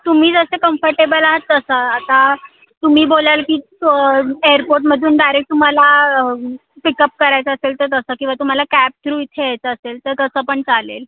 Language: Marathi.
तुम्ही जसे कम्फर्टेबल आहात तसं आता तुम्ही बोलाल की स एयरपोर्टमधून डायरेक तुम्हाला पिकअप करायचं असेल तर तसं किंवा तुम्हाला कॅब थ्रू इथे यायचं असेल तर तसं पण चालेल